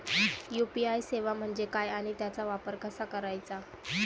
UPI सेवा म्हणजे काय आणि त्याचा वापर कसा करायचा?